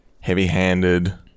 heavy-handed